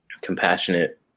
compassionate